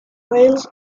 rails